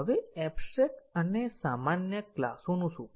હવે એબસ્ટ્રેકટ અને સામાન્ય ક્લાસોનું શું